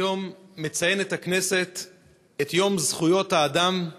היום מציינת הכנסת את יום זכויות האדם.